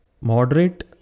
moderate